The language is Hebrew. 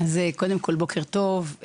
אז קודם כל בוקר טוב,